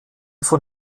von